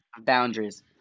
boundaries